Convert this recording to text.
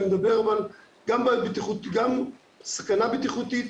אני מדבר גם על סכנת בטיחות,